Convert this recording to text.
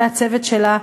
ולצוות שלה,